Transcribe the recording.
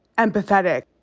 empathetic.